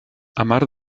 amar